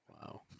Wow